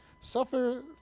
Suffer